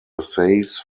essays